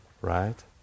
right